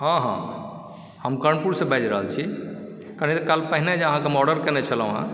हँ हँ हम कर्णपुरसँ बाजि रहल छी कनि काल पहिने जे हम अहाँके ऑर्डर केने छलौहँ